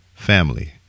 Family